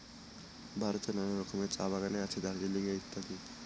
ভারতের অনেক রকমের চা বাগানে আছে দার্জিলিং এ ইত্যাদি